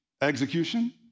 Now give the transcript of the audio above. execution